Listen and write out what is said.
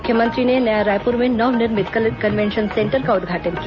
मुख्यमंत्री ने नया रायपुर में नवनिर्मित कनवेंशन सेंटर का उद्घाटन किया